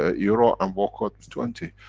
ah euro and walk out with twenty.